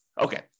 Okay